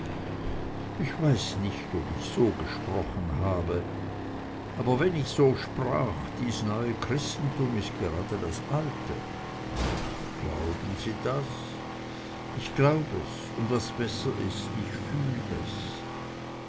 ich weiß nicht ob ich so gesprochen habe aber wenn ich so sprach dies neue christentum ist gerade das alte glauben sie das ich glaub es und was besser ist ich fühl es